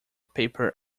paper